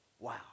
Wow